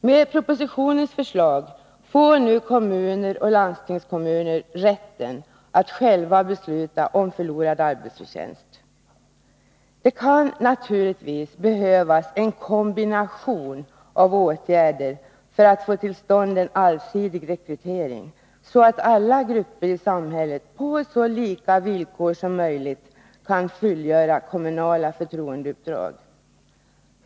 Med propositionens förslag får nu kommuner och landstingskommuner rätten att själva besluta om ersättning för förlorad arbetsförtjänst. Det kan naturligtvis behövas en kombination av åtgärder för att få till stånd en allsidig rekrytering, så att alla grupper i samhället på så lika villkor som möjligt kan fullgöra kommunala förtroendeuppdrag.